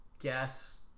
guess